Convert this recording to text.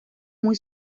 muy